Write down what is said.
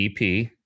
ep